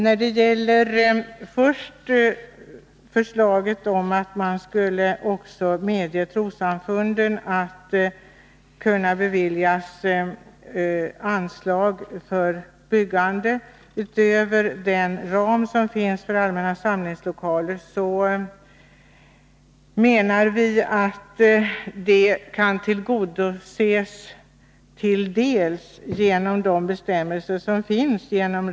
När det gäller förslaget om att också trossamfunden skulle kunna beviljas anslag för byggande utöver den ram som finns för allmänna samlingslokaler menar vi att det kan tillgodoses till dels genom de bestämmelser som finns.